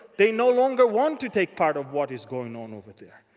they no longer want to take part of what is going on over there.